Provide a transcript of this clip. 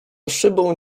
szybą